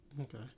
Okay